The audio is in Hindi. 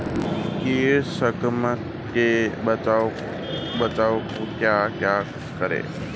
कीट संक्रमण के बचाव क्या क्या हैं?